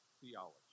theology